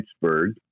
Pittsburgh